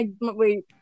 Wait